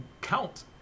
count